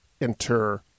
enter